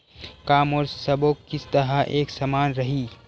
का मोर सबो किस्त ह एक समान रहि?